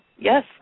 Yes